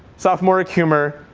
sophomoric humor,